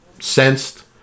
sensed